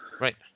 Right